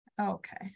Okay